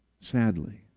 sadly